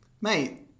Mate